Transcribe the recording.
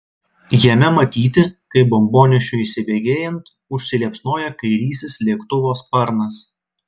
jame matyti kaip bombonešiui įsibėgėjant užsiliepsnoja kairysis lėktuvo sparnas